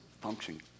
function